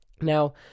Now